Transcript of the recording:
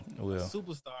superstar